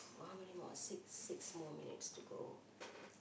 how many more six six more minutes to go